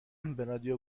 رادیو